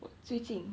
我最近